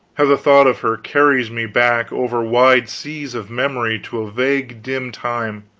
how the thought of her carries me back over wide seas of memory to a vague dim time,